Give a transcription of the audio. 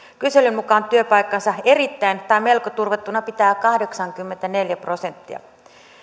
kyselyn mukaan työpaikkaansa erittäin tai melko turvattuna pitää kahdeksankymmentäneljä prosenttia